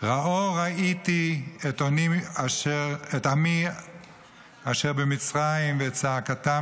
ראה ראיתי את עני עמי אשר במצרים ואת צעקתם